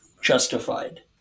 justified